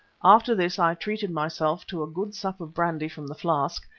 after this i treated myself to a good sup of brandy from the flask,